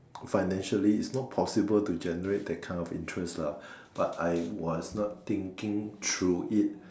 financially is not possible to generate that kind of interest lah but I was not thinking through it